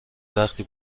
وقتی